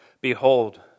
Behold